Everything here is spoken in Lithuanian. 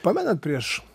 pamenat prieš